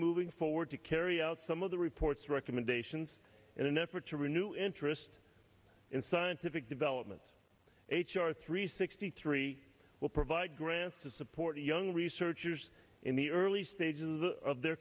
moving forward to carry out some of the report's recommendations in an effort to renew interest in scientific developments h r three sixty three will provide grants to support young researchers in the early stages of their